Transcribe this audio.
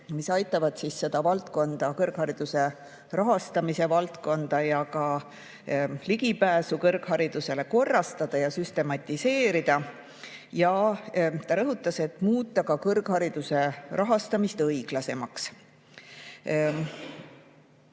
mis aitavad kõrghariduse rahastamise valdkonda ja ka ligipääsu kõrgharidusele korrastada ja süstematiseerida ning, nagu ta rõhutas, muuta ka kõrghariduse rahastamist õiglasemaks.